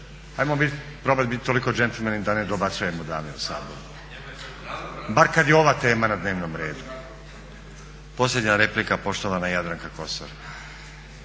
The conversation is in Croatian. ajmo probati biti toliko džentlmeni da ne dobacujemo dami u Saboru. Bar kad je ova tema na dnevnom redu. Posljednja replika, poštovana Jadranka Kosor.